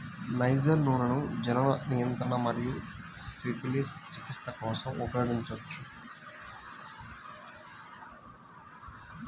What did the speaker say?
niger నూనెను జనన నియంత్రణ మరియు సిఫిలిస్ చికిత్స కోసం ఉపయోగించవచ్చు